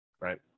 right